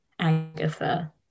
Agatha